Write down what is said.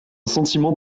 sentiment